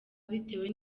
bitewe